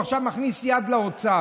הוא מכניס יד לכיס של האוצר.